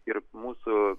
ir mūsų